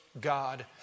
God